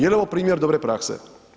Je li ovo primjer dobre prakse?